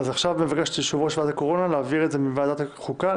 עכשיו מבקשת יושבת-ראש ועדת הקורונה להעביר את זה מוועדת החוקה,